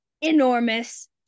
enormous